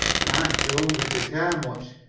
and i'm too hungry to care much.